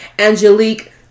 Angelique